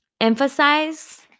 emphasize